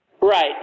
Right